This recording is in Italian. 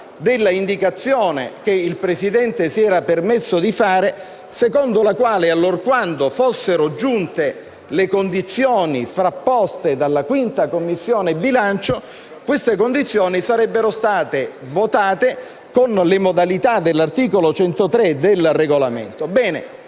della indicazione che il Presidente si era permesso di fare, secondo la quale, allorquando fossero giunte le condizioni frapposte dalla Commissione bilancio, queste sarebbero state votate con le modalità dell'articolo 103 del Regolamento.